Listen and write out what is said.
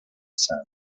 sun